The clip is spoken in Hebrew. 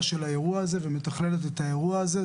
של האירוע הזה ומתכללת את האירוע הזה,